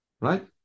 right